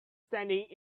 standing